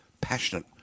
passionate